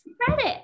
credit